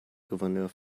gouverneur